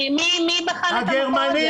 מי בחן את המקור הזה?